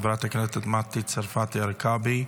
חברת הכנסת מטי צרפתי הרכבי,